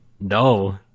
No